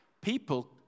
people